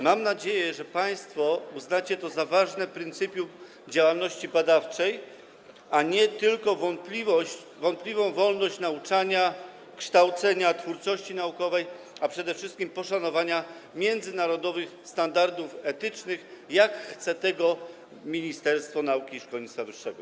Mam nadzieję, że państwo za ważne pryncypium działalności badawczej uznacie to, a nie tylko wątpliwą wolność nauczania, kształcenia, twórczości naukowej, a przede wszystkim poszanowanie międzynarodowych standardów etycznych, jak chce tego Ministerstwo Nauki i Szkolnictwa Wyższego.